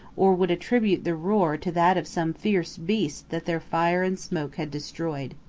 or would attribute the roar to that of some fierce beast that their fire and smoke had destroyed.